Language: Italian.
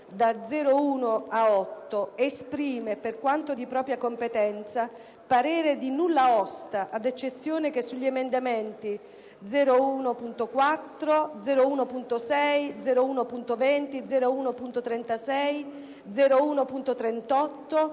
da 01 a 8, esprime, per quanto di propria competenza, parere di nulla osta ad eccezione che sugli emendamenti 01.4, 01.6, 01.20, 01.36, 01.38,